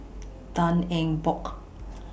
Tan Eng Bock